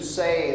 say